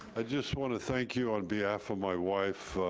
i just want to thank you on behalf of my wife.